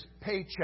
paycheck